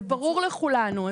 זה ברור לכולנו.